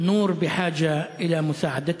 להלן תרגומם: זו קריאה לאנשים טובים.